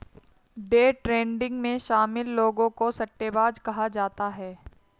day trading में शामिल लोगों को सट्टेबाज कहा जाता है